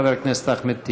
חבר הכנסת אחמד טיבי.